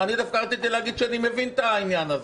אני דווקא רציתי להגיד שאני מבין את העניין הזה,